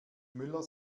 müller